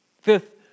Fifth